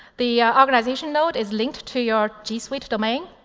the organization node is linked to your g suite domain.